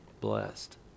blessed